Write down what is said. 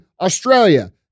Australia